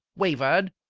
wavered,